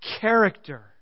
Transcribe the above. Character